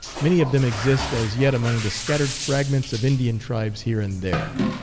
many of them exist as yet among the scattered fragments of indian tribes here and there.